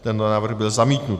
Tento návrh byl zamítnut.